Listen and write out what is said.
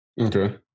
Okay